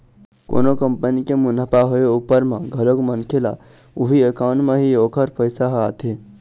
कोनो कंपनी के मुनाफा होय उपर म घलोक मनखे ल उही अकाउंट म ही ओखर पइसा ह आथे